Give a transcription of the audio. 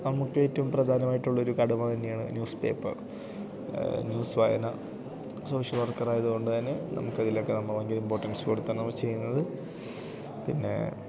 നമുക്ക് ഏറ്റവും പ്രധാനമായിട്ടുള്ളൊരു കടമ തന്നെയാണ് ന്യൂസ്പേപ്പർ ന്യൂസ് വായന സോഷ്യൽ വർക്കറായതുകൊണ്ടാണ് നമുക്കതിലൊക്കെ നമ്മൾ ഭയങ്കര ഇമ്പോർട്ടൻസ് കൊടുത്താണ് നമ്മൾ ചെയ്യുന്നത് പിന്നെ